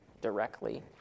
directly